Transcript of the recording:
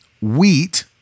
wheat